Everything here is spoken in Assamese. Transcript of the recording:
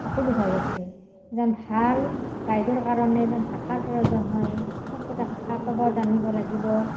অসুবিধা হৈ আছে এজন ভাল গাইডৰ কাৰণে এজন ভাষাৰ প্ৰয়োজন হয় চবকিটা ভাষা ক'ব জানিব লাগিব